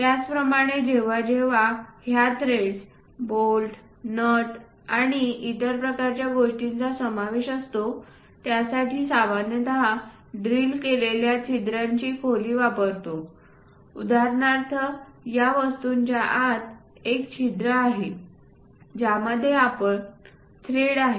त्याचप्रमाणे जेव्हा जेव्हा ह्या थ्रेड्स बोल्ट नट आणि इतर प्रकारच्या गोष्टींचा समावेश असतो त्यासाठी सामान्यतः ड्रिल केलेल्या छिद्रांची खोली वापरतो उदाहरणार्थ या वस्तूच्या आत एक छिद्र आहे ज्यामध्ये आपला थ्रेड आहे